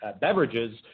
beverages